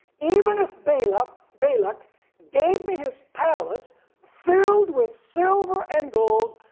even if balak balak gave me his palace filled with silver and gold,